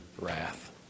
wrath